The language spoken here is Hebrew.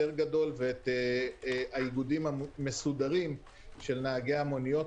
גדול ואת האיגודים המסודרים של נהגי המוניות.